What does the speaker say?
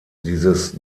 dieses